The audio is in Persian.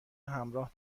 همراه